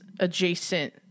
Adjacent